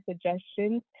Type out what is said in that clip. suggestions